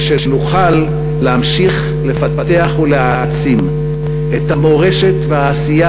ושנוכל להמשיך לפתח ולהעצים את המורשת והעשייה